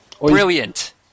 Brilliant